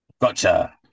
Gotcha